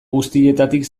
guztietatik